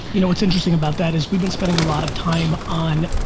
you know what's interesting about that is we've been spending a lot of time on